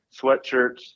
sweatshirts